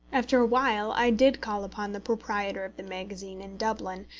after a while i did call upon the proprietor of the magazine in dublin,